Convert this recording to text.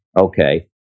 Okay